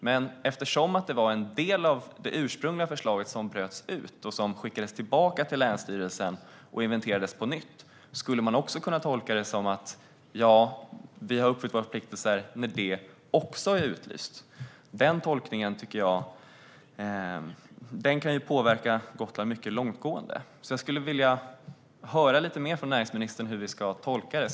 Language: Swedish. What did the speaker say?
Men eftersom en del av det ursprungliga förslaget bröts ut och skickades tillbaka till länsstyrelsen och inventerades på nytt skulle man också kunna tolka det som: Ja, vi har uppfyllt våra förpliktelser när det också är utlyst. Den tolkningen tycker jag kan påverka Gotland mycket långtgående. Jag skulle vilja höra lite mer från näringsministern om hur vi ska tolka det.